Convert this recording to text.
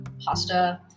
pasta